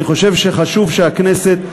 אני חושב שחשוב שהכנסת,